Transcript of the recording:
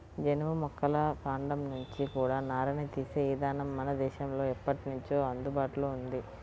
జనుము మొక్కల కాండం నుంచి కూడా నారని తీసే ఇదానం మన దేశంలో ఎప్పట్నుంచో అందుబాటులో ఉంది